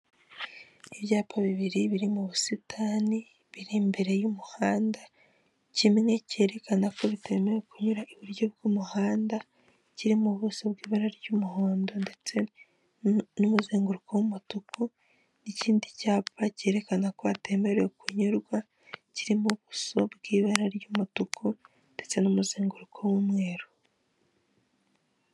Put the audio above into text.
Muri iki gihe ibintu byaroroshye, ushobora kuba wibereye iwawe ugatumiza ibiribwa bitandukanye nk'inyama ndetse n'ibindi bakabikugezaho aho waba uri hose. Hari imodoka zibishinzwe urahamagara ukavuga aho uri ukabarangira neza bakabikuzanira ibi byoroheje ibintu byinshi.